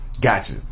Gotcha